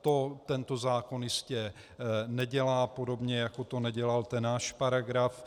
To tento zákon jistě nedělá, podobně jako to nedělal ten náš paragraf.